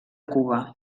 cuba